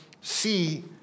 see